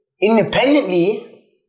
independently